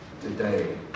today